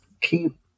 keep